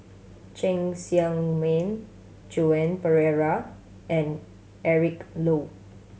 Cheng Tsang Man Joan Pereira and Eric Low